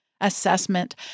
assessment